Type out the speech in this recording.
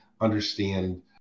understand